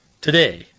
today